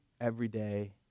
everyday